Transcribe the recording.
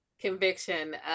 Conviction